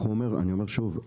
אני אומר שוב,